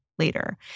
Later